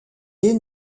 des